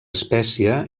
espècie